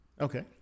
Okay